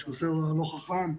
לא טלפון חכם,